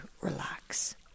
relax